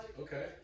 Okay